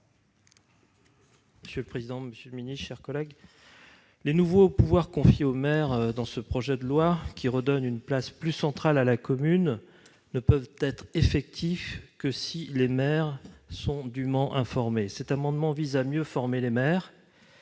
ainsi libellé : La parole est à M. Alain Houpert. Les nouveaux pouvoirs confiés aux maires dans ce projet de loi qui redonne une place plus centrale à la commune ne peuvent être effectifs que si ces derniers en sont dûment informés. Cet amendement vise à mieux former les maires.